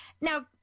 now